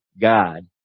God